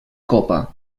copa